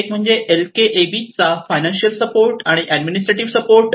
एक म्हणजे एलकेएबी चा फायनान्शियल सपोर्ट आणि ऍडमिनिस्ट्रेटिव्ह सपोर्ट